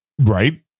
Right